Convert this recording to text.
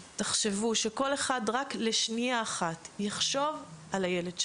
תחשבו, שכל אחד יחשוב רק לשנייה אחת על הילד שלו,